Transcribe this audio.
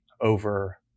over